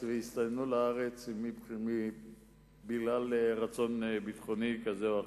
והסתננו לארץ בגלל רצון ביטחוני כזה או אחר.